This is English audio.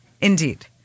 Indeed